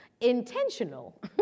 intentional